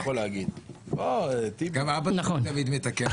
אני רוצה לתת לך חוויה מתקנת.